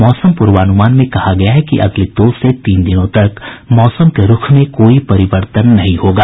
मौसम पूर्वानूमान में कहा गया है अगले दो से तीन दिनों तक मौसम के रूख में कोई परिवर्तन नहीं होगा